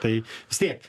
tai vis tiek